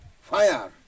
fire